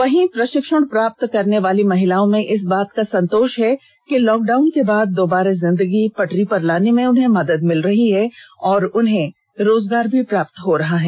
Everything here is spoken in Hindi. वहीं प्रशिक्षण प्राप्त करने वाली महिलाओं में इस बात का संतोष है कि लॉकडाउन के बाद दोबारा जिंदगी पटरी पर लाने में उन्हें मदद मिल रही है और उन्हें रोजगार भी प्राप्त हो रहा है